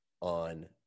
on